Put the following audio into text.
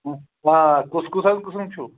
آ کُس کُس حظ قٕسٕم چھُو